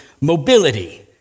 mobility